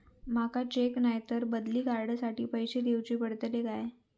माका चेक नाय तर बदली कार्ड साठी पैसे दीवचे पडतले काय?